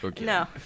no